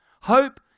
Hope